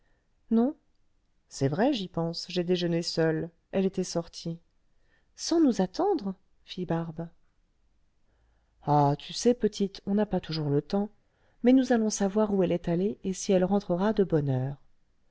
non c'est vrai j'y pense j'ai déjeuné seul elle était sortie sans nous attendre fit barbe aeronef omnibus de la compagnie générale le vingtième siècle ah tu sais petite on n'a pas toujours le temps mais nous allons savoir où elle est allée et si elle rentrera de bonne heure